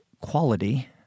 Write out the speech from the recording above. quality